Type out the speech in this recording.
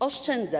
Oszczędza.